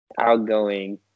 outgoing